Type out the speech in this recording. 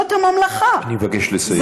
זאת הממלכה, אני מבקש לסיים.